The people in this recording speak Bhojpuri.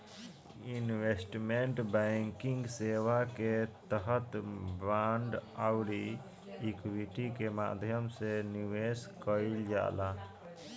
इन्वेस्टमेंट बैंकिंग सेवा के तहत बांड आउरी इक्विटी के माध्यम से निवेश कईल जाला